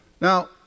Now